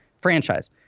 franchise